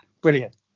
Brilliant